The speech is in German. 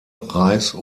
reis